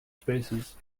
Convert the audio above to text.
spaces